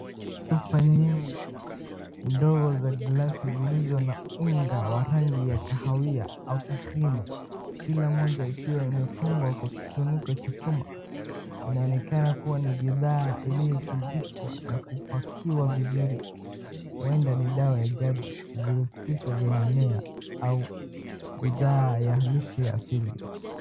Chupa nyingi ndogo za glasi zilizo na unga wa rangi ya kahawia au cream . Kila moja ikiwa imefungwa kwa kifuniko cha chuma. Inaonekana kuwa ni bidhaa iliyosindikwa na kupakiwa vizuri. Huenda ni dawa ya jadi, virutubisho vya mimea au bidhaa ya lishe asili.